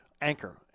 Anchor